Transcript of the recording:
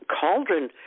cauldron